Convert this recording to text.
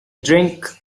drink